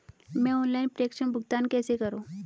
मैं ऑनलाइन प्रेषण भुगतान कैसे करूँ?